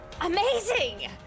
amazing